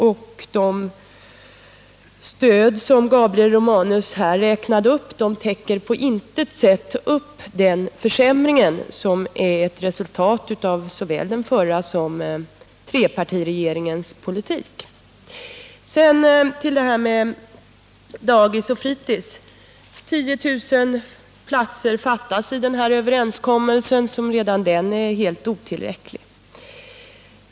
Och de stöd som Gabriel Romanus här räknade upp täcker på intet sätt den försämringen, som är ett resultat av såväl den förra regeringens som trepartiregeringens politik. Sedan till detta med dagis och fritis: 10000 platser fattas i den här överenskommelsen, som redan den är helt otillräcklig.